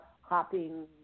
hopping